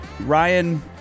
Ryan